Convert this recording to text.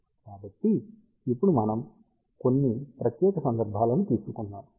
కాబట్టి ఇప్పుడు మనం కొన్ని ప్రత్యేక సందర్భాలను తీసుకుందాం